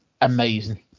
amazing